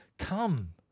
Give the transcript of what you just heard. come